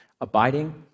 Abiding